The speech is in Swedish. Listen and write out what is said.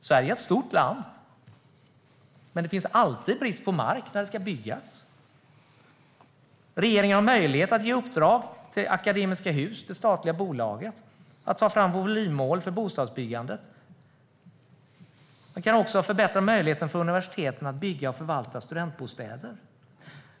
Sverige är ett stort land, men det är alltid brist på mark när det ska byggas. Regeringen har möjlighet att ge uppdrag till Akademiska Hus, det statliga bolaget, att ta fram volymmål för bostadsbyggandet. Man kan också förbättra möjligheten för universiteten att bygga och förvalta studentbostäder.